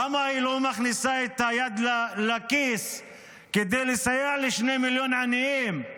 למה היא לא מכניסה את היד לכיס כדי לסייע לשני מיליון עניים?